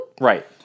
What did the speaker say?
Right